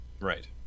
Right